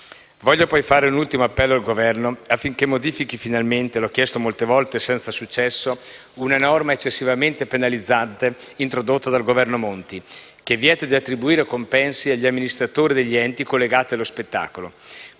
Voglio, poi, fare un ultimo appello al Governo affinché modifichi finalmente - l'ho chiesto molte volte, senza successo - una norma eccessivamente penalizzante introdotta dal Governo Monti, che vieta di attribuire compensi agli amministratori degli enti collegati allo spettacolo.